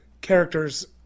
characters